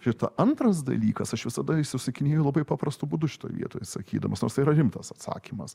šita antras dalykas aš visada išsisukinėju labai paprastu būdu šitoj vietoj sakydamas nors tai yra rimtas atsakymas